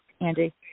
Andy